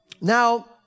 Now